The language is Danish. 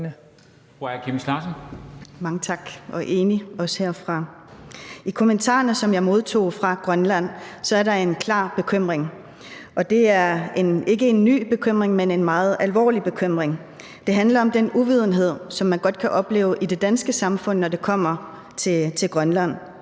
I kommentarerne, som jeg modtog fra Grønland, er der en klar bekymring. Det er ikke en ny bekymring, men en meget alvorlig bekymring. Det handler om den uvidenhed, som man godt kan opleve i det danske samfund, når det kommer til Grønland.